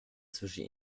zwischen